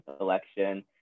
election